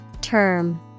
Term